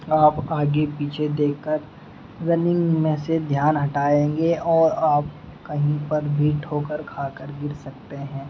آپ آگے پیچھے دیکھ کر رننگ میں سے دھیان ہٹائیں گے اور آپ کہیں پر بھی ٹھوکر کھا کر گر سکتے ہیں